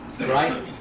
Right